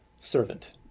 servant